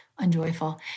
unjoyful